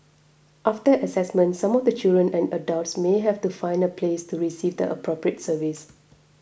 after assessment some of the children and adults may have to find a place to receive the appropriate service